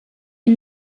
ihn